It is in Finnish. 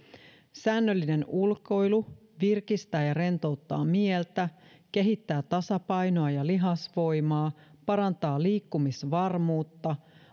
säännöllinen ulkoilu virkistää ja rentouttaa mieltä kehittää tasapainoa ja lihasvoimaa parantaa liikkumisvarmuutta